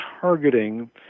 targeting